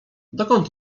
dokąd